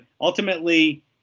ultimately